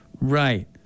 Right